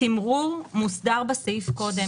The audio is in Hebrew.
התימרור מוסדר בסעיף הקודם,